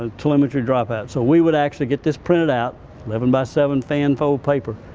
ah telemetry dropout, so we would actually get this printed out eleven by seven fanfold paper,